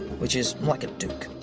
which is like a duke.